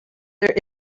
there